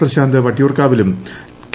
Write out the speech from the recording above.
പ്രശാന്ത് വട്ടിയൂർക്കാവിലും കെ